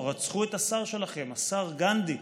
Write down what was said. רצחו את השר שלכם, השר גנדי,